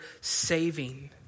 saving